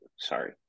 Sorry